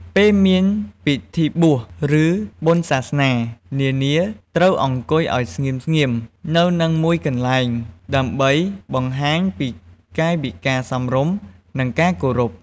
ពេលមានពិធីបួស ឬបុណ្យសាសនា នានាត្រូវអង្គុយឲ្យស្ងៀមៗនៅនឹងមួយកន្លែង ដើម្បីបង្ហាញពីកាយវិការសមរម្យ និងការគោរព។